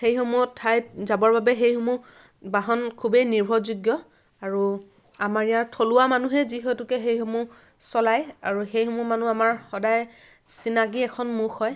সেইসমূহ ঠাইত যাবৰ বাবে সেইসমূহ বাহন খুবেই নিৰ্ভৰযোগ্য আৰু আমাৰ ইয়াৰ থলুৱা মানুহে যিহেতুকে সেইসমূহ চলায় আৰু সেইসমূহ মানুহ আমাৰ সদায় চিনাকি এখন মুখ হয়